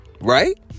right